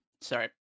sorry